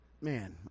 man